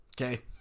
okay